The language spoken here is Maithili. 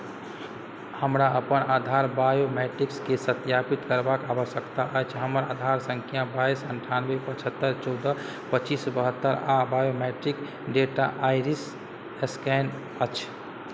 हमरा अपन आधार बायोमेट्रिक्सकेँ सत्यापित करबाक आवश्यकता अछि हमर आधार सङ्ख्या बाइस अण्ठानबे पछहत्तरि चौदह पचीस बहत्तरि आ बायोमेट्रिक डेटा आइरिस स्कैन अछि